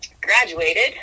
graduated